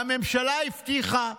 והממשלה הבטיחה סיוע.